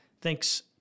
Thanks